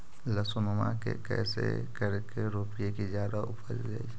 लहसूनमा के कैसे करके रोपीय की जादा उपजई?